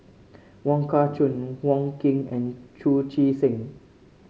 Wong Kah Chun Wong Keen and Chu Chee Seng